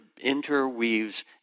interweaves